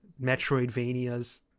Metroidvanias